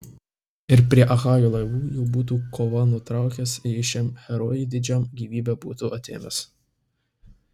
ir prie achajų laivų jau būtų kovą nutraukęs jei šiam herojui didžiam gyvybę būtų atėmęs